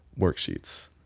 worksheets